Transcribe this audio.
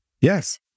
Yes